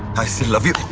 i still love you.